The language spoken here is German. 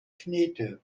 knete